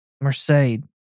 Mercedes